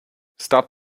start